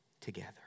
together